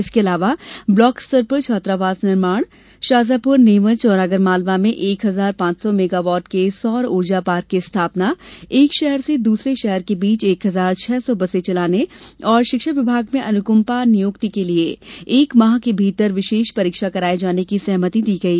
इसके अलावा ब्लॉकस्तर पर छात्रावास निर्माण शाजापुर नीमच और आगर मालवा में एक हजार पांच सौ मेगावाट के सौर उर्जा पार्क की स्थापना एक शहर से दूसरे शहर के बीच एक हजार छह सौ बसें चलाने और शिक्षा विभाग में अनुकंपा नियुक्ति के लिए एक माह के भीतर विशेष परीक्षा कराये जाने की सहमति दी गई